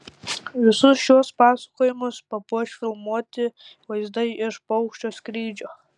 visus šiuos pasakojimus papuoš filmuoti vaizdai iš paukščio skrydžio